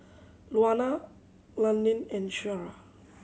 Luana Londyn and Shara